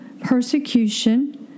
persecution